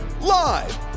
Live